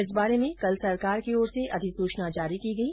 इस बारे में कल सरकार की ओर से अधिसूचना जारी की गई